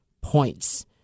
points